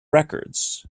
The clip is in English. records